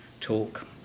talk